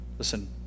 Listen